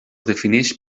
defineix